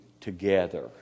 together